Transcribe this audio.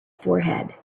forehead